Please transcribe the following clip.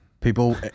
People